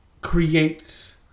creates